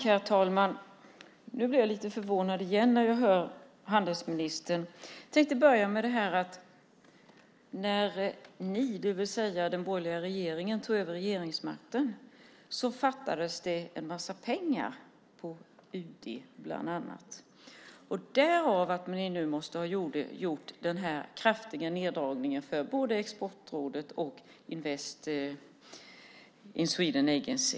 Herr talman! Nu blir jag lite förvånad igen när jag hör handelsministern. Jag tänkte börja med att när ni, det vill säga den borgerliga regeringen, tog över regeringsmakten fattades det en massa pengar på UD bland annat. Därav måste ni göra den kraftiga neddragningen för både Exportrådet och Invest in Sweden Agency.